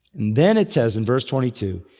and then it says in verse twenty two,